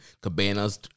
Cabana's